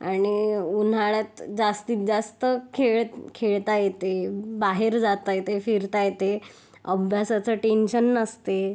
आणि उन्हाळ्यात जास्तीत जास्त खेळ खेळता येते बाहेर जाता येते फिरता येते अभ्यासाचं टेन्शन नसते